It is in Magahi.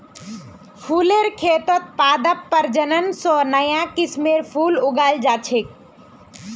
फुलेर खेतत पादप प्रजनन स नया किस्मेर फूल उगाल जा छेक